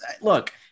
look